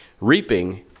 reaping